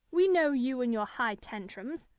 we know you and your high tantrums.